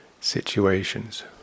situations